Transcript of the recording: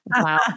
Wow